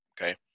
Okay